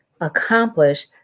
accomplish